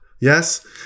yes